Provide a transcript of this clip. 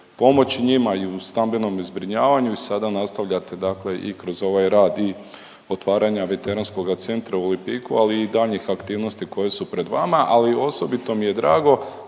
pomoći njima i u stambenome zbrinjavanju i sada nastavljate dakle i kroz ovaj rad i otvaranja Veteranskoga centra u Lipiku, ali i daljnjih aktivnosti koje su pred vama. Ali osobito mi je drago